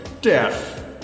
deaf